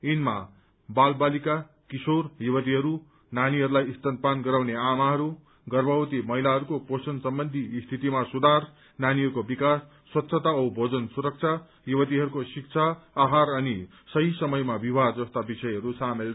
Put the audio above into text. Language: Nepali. यिनमा बाल बालिका किशोर युवतीहरू नानीहरूलाई स्तनपान गराउने आमाहस् गर्भवती महिलाहरूको पोषण सम्बन्ची स्वितिमा सुधार नानीहरूको विकास स्वच्छता औ भोजन सुरक्षा युवतीहरूको शिक्षा आहार अनि सही समयमा विवाह जस्ता विषयहरू सामेल छन्